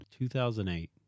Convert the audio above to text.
2008